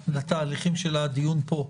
את התהליכים של הדיון פה.